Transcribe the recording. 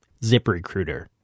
ZipRecruiter